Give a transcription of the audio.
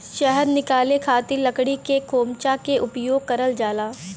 शहद निकाले खातिर लकड़ी के खोमचा के उपयोग करल जाला